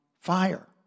fire